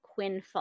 Quinfall